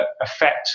affect